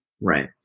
Right